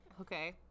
Okay